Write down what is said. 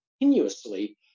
continuously